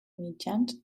mitjans